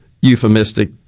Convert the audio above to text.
euphemistic